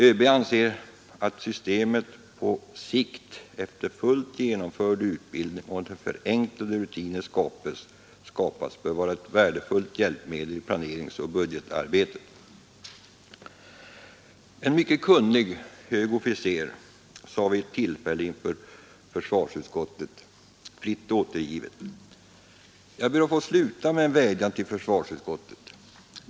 ÖB anser också att systemet på sikt efter fullt genomförd utbildning och när förenklade rutiner skapats bör vara ett värdefullt hjälpmedel i planeringsoch budgetarbetet. En mycket kunnig hög officer sade vid ett tillfälle inför försvarsutskottet : ”Jag ber att få sluta med en vädjan till försvarsutskottet.